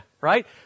right